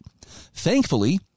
Thankfully